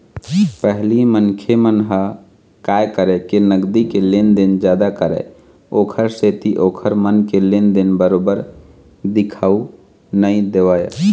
पहिली मनखे मन ह काय करय के नगदी के लेन देन जादा करय ओखर सेती ओखर मन के लेन देन बरोबर दिखउ नइ देवय